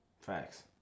Facts